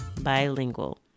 bilingual